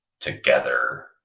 together